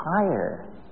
higher